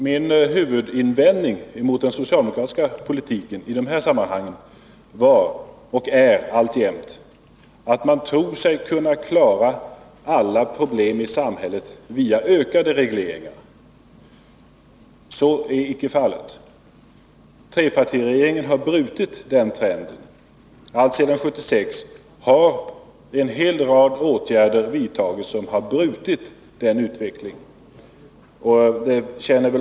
Min huvudinvändning mot den socialdemokratiska politiken i dessa sammanhang var och är alltjämt att socialdemokraterna tror sig kunna klara alla problem i samhället via ökade regleringar. Så är icke fallet. Trepartiregeringen har brutit den trenden. Alltsedan 1976 har en hel rad åtgärder vidtagits som har brutit den utvecklingen.